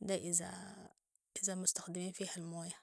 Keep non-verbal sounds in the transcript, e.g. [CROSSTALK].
ده إذا [HESITATION] اذا مستخدمين فيها الموية